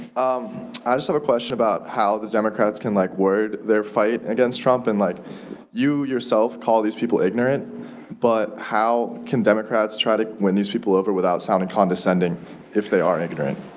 um i just have a question about how the democrats can like word their fight against trump and like you, yourself, call these people ignorant but how can democrats try to win these people over without sounding condescending if they are ignorant?